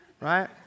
right